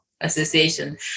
association